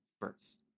first